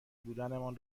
بودنمان